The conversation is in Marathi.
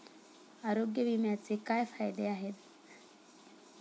आरोग्य विम्याचे काय फायदे आहेत?